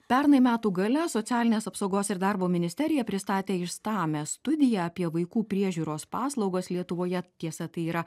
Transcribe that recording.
pernai metų gale socialinės apsaugos ir darbo ministerija pristatė išstamią studiją apie vaikų priežiūros paslaugas lietuvoje tiesa tai yra